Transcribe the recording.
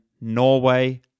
Norway